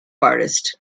artist